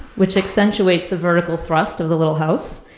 which accentuates the vertical thrust of the little house,